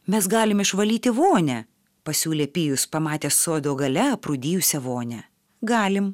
mes galim išvalyti vonią pasiūlė pijus pamatęs sodo gale aprūdijusią vonią galim